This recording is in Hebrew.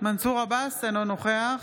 אינו נוכח